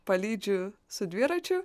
palydžiu su dviračiu